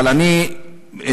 אבל אני מתלונן,